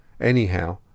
Anyhow